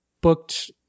booked